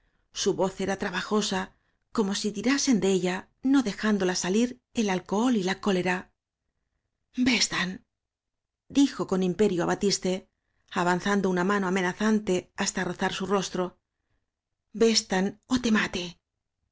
su voz era trabajosa como si tirasen de ella no dejándola salir el alcohol y la cólera veste i dijo con imperio á batiste avan zando una mano amenazante hasta rozar su rostro vesten ó te mate